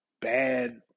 bad